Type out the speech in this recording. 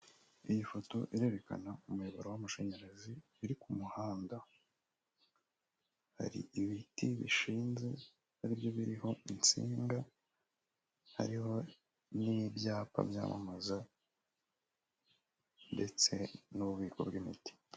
Iyi foto irerekana umuyoboro w'amashanyarazi uri ku muhanda, hari ibiti bishinze ari byo biriho insinga, hari n'ibyapa byamamaza, ndetse n'ububiko bw'imiti.